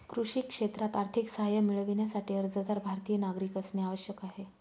कृषी क्षेत्रात आर्थिक सहाय्य मिळविण्यासाठी, अर्जदार भारतीय नागरिक असणे आवश्यक आहे